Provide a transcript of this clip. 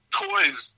toys